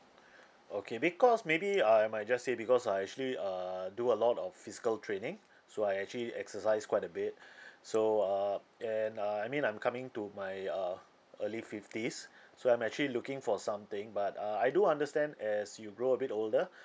okay because maybe I might just say because I actually err do a lot of physical training so I actually exercise quite a bit so uh and uh I mean I'm coming to my uh early fifties so I'm actually looking for something but uh I do understand as you grow a bit older